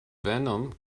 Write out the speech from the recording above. venom